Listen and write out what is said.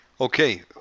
Okay